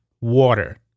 water